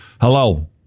Hello